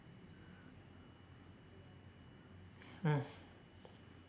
mm